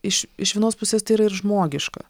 iš iš vienos pusės tai yra ir žmogiška